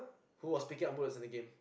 who was picking up bullets in the game